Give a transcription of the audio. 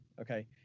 Okay